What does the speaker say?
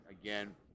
again